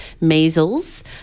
measles